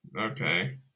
Okay